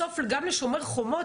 בסוף גם לשומר חומות,